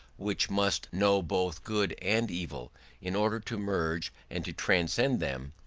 which must know both good and evil in order to merge and to transcend them,